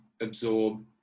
absorb